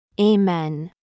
Amen